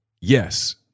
yes